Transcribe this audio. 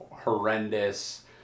horrendous